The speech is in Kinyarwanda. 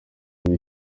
kuba